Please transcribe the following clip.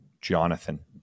Jonathan